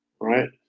right